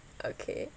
okay